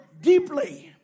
deeply